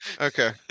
okay